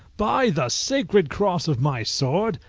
by the sacred cross of my sword,